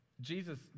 Jesus